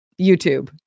YouTube